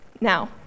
Now